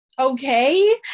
okay